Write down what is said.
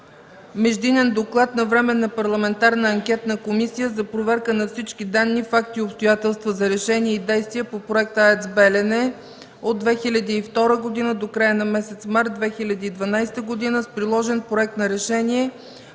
Междинен доклад на Временна парламентарна анкетна комисия за проверка на всички данни, факти и обстоятелства за решения и действия по проекта АЕЦ „Белене” от 2002 г. до края на месец март 2012 г. с приложен проект на решение,